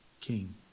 King